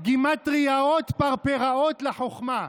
"גימטריאות פרפראות לחכמה".